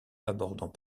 abordant